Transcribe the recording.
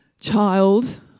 child